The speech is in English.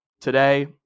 today